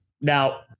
Now